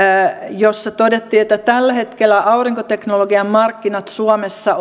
jossa todettiin että tällä hetkellä aurinkoteknologian markkinat suomessa